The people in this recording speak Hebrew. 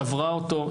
שברה אותו,